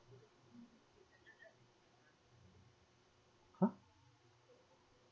!huh!